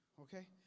okay